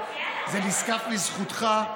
זה נזקף לזכותך,